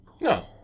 No